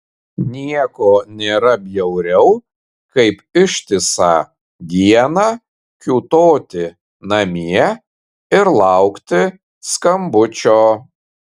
nieko nėra bjauriau kaip ištisą dieną kiūtoti namie ir laukti skambučio